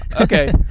Okay